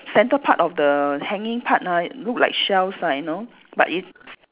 centre part of the hanging part ah look like shells lah you know but it's